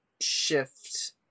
shift